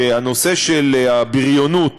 שהנושא של הבריונות